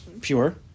pure